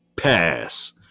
pass